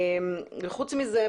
חוץ מזה,